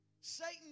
Satan